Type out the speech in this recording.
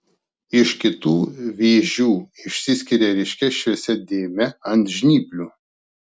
iš kitų vėžių išsiskiria ryškia šviesia dėme ant žnyplių